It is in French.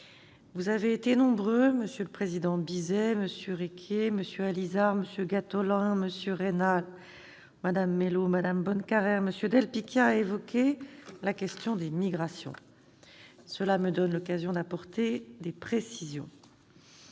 Vous avez été nombreux- M. le président Bizet, M. Requier, M. Allizard, M. Gattolin, M. Raynal, Mme Mélot, M. Bonnecarrère et M. del Picchia -à évoquer la question des migrations. Cela me donne l'occasion d'apporter des précisions.